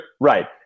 right